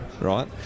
right